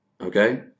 Okay